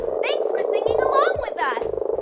thanks for singing along with us!